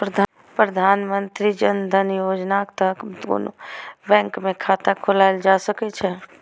प्रधानमंत्री जन धन योजनाक तहत कोनो बैंक मे खाता खोलाएल जा सकै छै